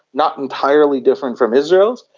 not entirely different from israel's,